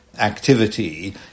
activity